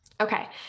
Okay